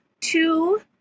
two